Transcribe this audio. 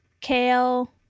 kale